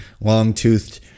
long-toothed